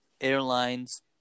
airlines